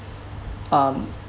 um